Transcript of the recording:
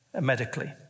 Medically